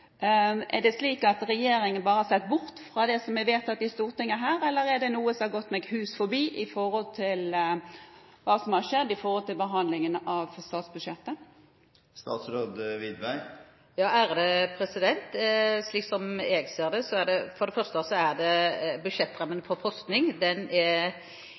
Er det slik at regjeringen bare har sett bort fra det som er vedtatt i Stortinget her, eller er det noe som har gått meg hus forbi med tanke på hva som har skjedd i behandlingen av statsbudsjettet? Slik som jeg ser det, er budsjettrammen for forskning ikke redusert. Den er økt i vårt forslag til budsjett med 2 mill. kr sammenliknet med det